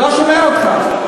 לא שומע אותך.